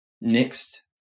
next